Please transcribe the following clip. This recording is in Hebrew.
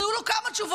אז היו לו כמה תשובות.